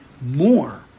more